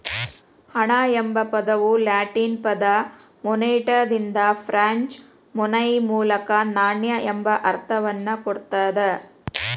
ಹಣ ಎಂಬ ಪದವು ಲ್ಯಾಟಿನ್ ಪದ ಮೊನೆಟಾದಿಂದ ಫ್ರೆಂಚ್ ಮೊನೈ ಮೂಲಕ ನಾಣ್ಯ ಎಂಬ ಅರ್ಥವನ್ನ ಕೊಡ್ತದ